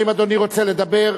האם אדוני רוצה לדבר?